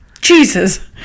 Jesus